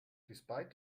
despite